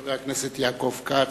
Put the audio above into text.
חבר הכנסת יעקב כץ,